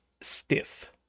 stiff